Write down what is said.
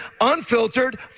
unfiltered